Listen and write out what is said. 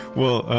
well,